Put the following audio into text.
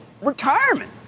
retirement